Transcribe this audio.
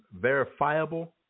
verifiable